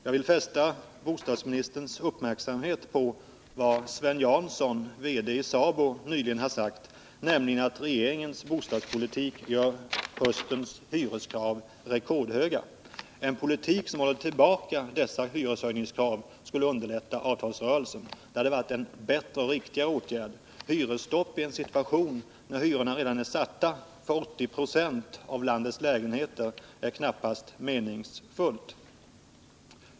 Jag vill fästa bostadsministerns uppmärksamhet på vad Sven Jansson, VD i SABO, nyligen har sagt, nämligen att regeringens bostadspolitik gör höstens hyreskrav rekordhöga. En politik som håller tillbaka dessa hyreshöjningskrav skulle underlätta avtalsrörelsen. Det hade varit en bättre och riktigare åtgärd. Hyresstopp i en situation där hyrorna redan är satta för 80 96 av landets lägenheter är knappast meningsfullt.